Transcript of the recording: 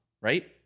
right